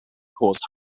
cause